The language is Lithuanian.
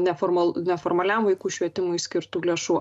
neformal neformaliam vaikų švietimui skirtų lėšų